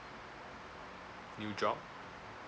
new job